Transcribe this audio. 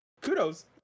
kudos